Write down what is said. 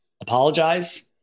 apologize